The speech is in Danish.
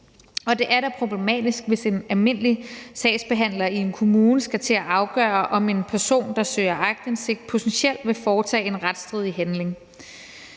Og det er da problematisk, hvis en almindelig sagsbehandler i en kommune skal til at afgøre, om en person, der søger aktindsigt, potentielt vil foretage en retsstridig handling.